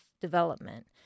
development